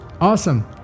awesome